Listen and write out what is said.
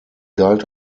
galt